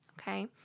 Okay